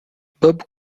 bob